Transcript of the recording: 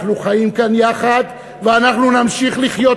אנחנו חיים כאן יחד ואנחנו נמשיך לחיות